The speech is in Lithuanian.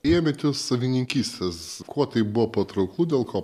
ėmėtės avininkystės kuo tai buvo patrauklu dėl ko